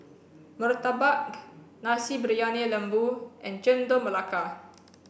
Murtabak Nasi Briyani Lembu and Chendol Melaka